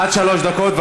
עד שלוש דקות.